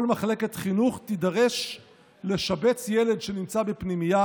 כל מחלקת חינוך תידרש לשבץ ילד שנמצא בפנימייה